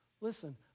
Listen